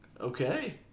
Okay